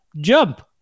jump